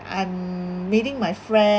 I'm meeting my friend